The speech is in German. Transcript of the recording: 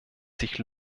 sich